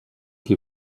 qui